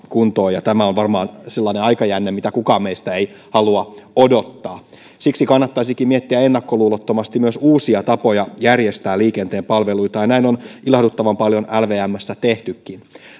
kuntoon ja tämä on varmaan sellainen aikajänne mitä kukaan meistä ei halua odottaa siksi kannattaisikin miettiä ennakkoluulottomasti myös uusia tapoja järjestää liikenteen palveluita ja näin on ilahduttavan paljon lvmssä tehtykin